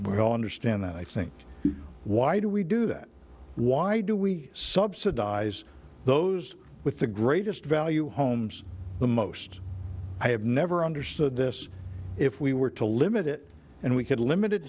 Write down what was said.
will understand that i think why do we do that why do we subsidize those with the greatest value homes the most i have never understood this if we were to limit it and we could limited